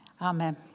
Amen